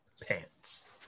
pants